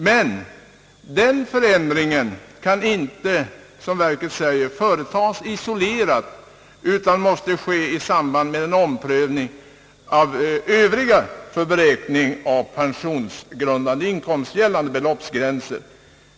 Men som verket säger kan denna förändring inte företas isolerat, utan måste ske i samband med en omprövning av Övriga för beräkning av pensionsgrundande inkomst gällande beloppsgränser.